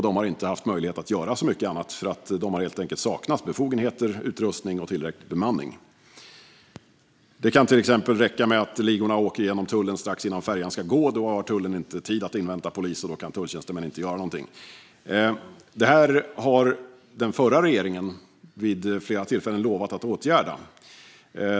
De har inte haft möjlighet att göra så mycket annat, för de har helt enkelt saknat befogenheter, utrustning och tillräcklig bemanning. Det kan till exempel räcka med att ligorna åker genom tullen strax innan färjan ska gå. Då har tullen inte tid att invänta polisen, och då kan tulltjänstemännen inte göra någonting. Detta har den förra regeringen vid flera tillfällen lovat att åtgärda.